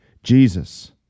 Jesus